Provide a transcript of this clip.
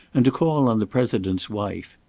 and to call on the president's wife.